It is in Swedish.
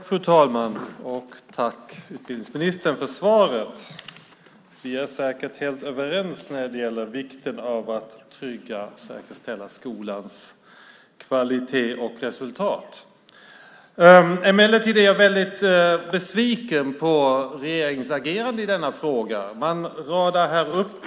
Fru talman! Tack, utbildningsministern, för svaret! Vi är säkert helt överens när det gäller vikten av att trygga och säkerställa skolans kvalitet och resultat. Emellertid är jag väldigt besviken på regeringens agerande i denna fråga.